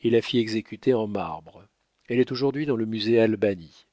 et la fit exécuter en marbre elle est aujourd'hui dans le musée albani